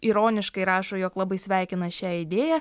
ironiškai rašo jog labai sveikina šią idėją